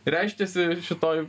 reiškiasi šitoj